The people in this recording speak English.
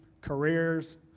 careers